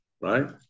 right